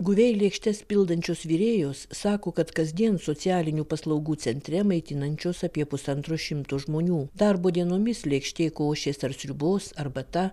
guviai lėkštes pildančios virėjos sako kad kasdien socialinių paslaugų centre maitinančios apie pusantro šimto žmonių darbo dienomis lėkštė košės ar sriubos arbata